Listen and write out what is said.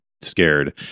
scared